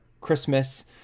Christmas